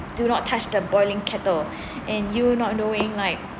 do not touch the boiling kettle and you not knowing like